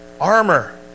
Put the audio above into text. armor